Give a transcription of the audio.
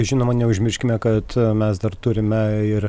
žinoma neužmirškime kad mes dar turime ir